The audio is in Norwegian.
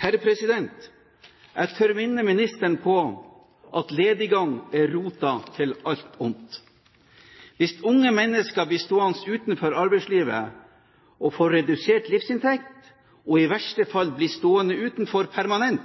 Jeg tør minne ministeren på at lediggang er roten til alt ondt. Hvis unge mennesker blir stående utenfor arbeidslivet og får redusert livsinntekt og i verste fall blir stående utenfor permanent,